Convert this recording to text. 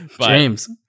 James